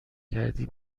کردی